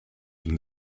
from